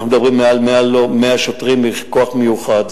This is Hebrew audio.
אנחנו מדברים על יותר מ-100 שוטרים בכוח מיוחד.